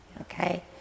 okay